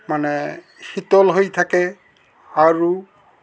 মানে শীতল হৈ থাকে আৰু